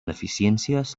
deficiències